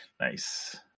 Nice